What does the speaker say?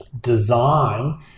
design